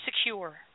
secure